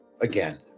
again